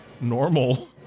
normal